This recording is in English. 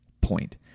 point